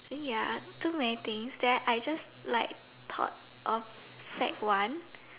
ya too many things then I just like thought of sec one